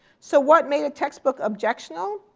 so what made a textbook objectional?